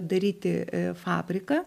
daryti fabriką